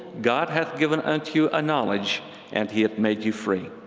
god hath given unto you a knowledge and he hath made you free.